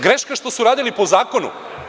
Greška je što su radili po zakonu.